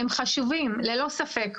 הם חשובים, ללא ספק.